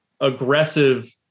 aggressive